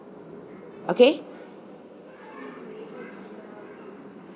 okay